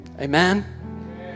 Amen